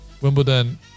Wimbledon